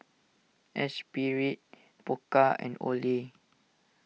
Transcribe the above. Espirit Pokka and Olay